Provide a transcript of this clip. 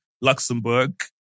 Luxembourg